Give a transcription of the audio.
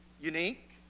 unique